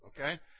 okay